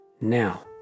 Now